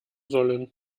sollen